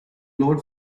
glowed